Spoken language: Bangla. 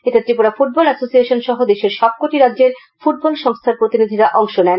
এতে ত্রিপুরা ফুটবল এসোসিয়েশন সহ দেশের সবকটি রাজ্যের ফুটবল সংস্থার প্রতিনিধিরা অংশ নেন